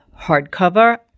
hardcover